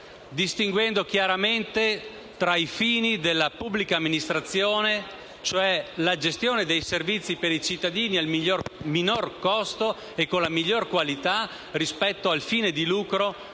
interesse privato, tra i fini della pubblica amministrazione, e cioè la gestione dei servizi per i cittadini al minor costo e con la miglior qualità, rispetto al fine di lucro